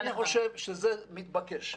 אני חושב שזה מתבקש.